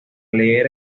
leer